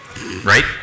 Right